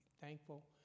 thankful